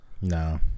No